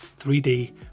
3d